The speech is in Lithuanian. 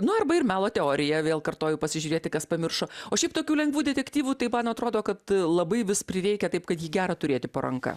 nu arba ir melo teoriją vėl kartoju pasižiūrėti kas pamiršo o šiaip tokių lengvų detektyvų tai man atrodo kad labai vis prireikia taip kad ji gerą turėti po ranka